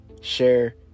share